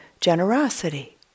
generosity